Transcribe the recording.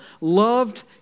loved